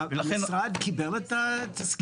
המשרד קיבל את התזכיר הזה?